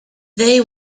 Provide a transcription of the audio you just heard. they